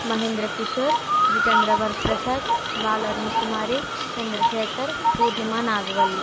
Mahindra Kishore Jitendra Vara Prasad Bala Aruna Kumari Chandrashekhar Purnima Nagavalli